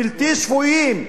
בלתי שפויים,